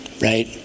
right